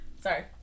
Sorry